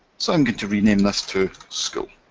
so i'm going to rename this to school.